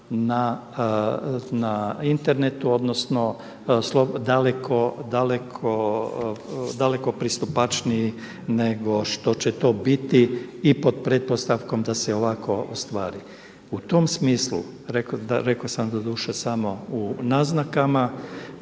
na internetu odnosno daleko pristupačniji nego što će to biti i pod pretpostavkom da se ovako ostvari. U tom smislu rekao sam doduše samo u naznakama